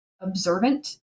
observant